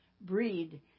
breed